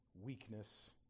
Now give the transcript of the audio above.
weakness